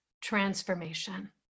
transformation